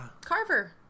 carver